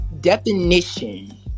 definition